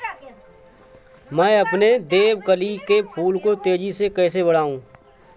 मैं अपने देवकली के फूल को तेजी से कैसे बढाऊं?